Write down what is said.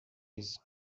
йөз